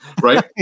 Right